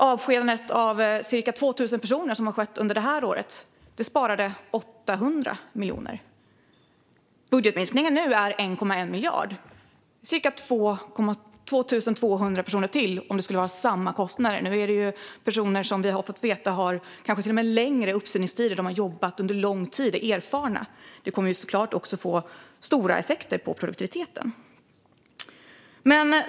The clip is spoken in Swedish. Under detta år har ca 2 000 personer avskedats, och genom det sparades 800 miljoner. Den aktuella budgetminskningen är på 1,1 miljard, vilket innebär ytterligare 2 200 personer om det handlar om samma kostnader. Vi har dock fått veta att det handlar om personer med till och med längre uppsägningstider, eftersom de har jobbat under lång tid och är erfarna. Detta kommer såklart också att få stora effekter på produktiviteten.